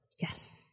yes